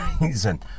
reason